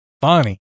funny